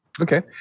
okay